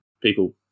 people